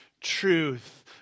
truth